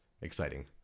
exciting